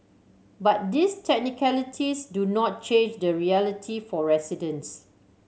but these technicalities do not change the reality for residents